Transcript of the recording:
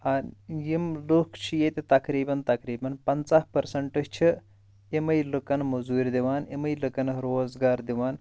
یِم لُکھ چھِ ییٚتہِ تَقریٖباً تقریٖباً پَنٛژاہ پٕرسَنٛٹ چھِ تِمے لُکَن مٔزوٗرۍ دِوان یِمے لُکَن روزگار دِوان